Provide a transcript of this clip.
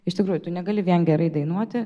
iš tikrųjų tu negali vien gerai dainuoti